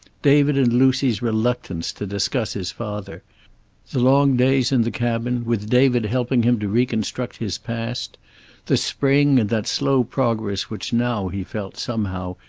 david and lucy's reluctance to discuss his father the long days in the cabin, with david helping him to reconstruct his past the spring, and that slow progress which now he felt, somehow,